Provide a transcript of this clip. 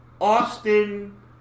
Austin